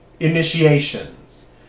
Initiations